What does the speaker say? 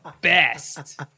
best